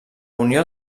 unió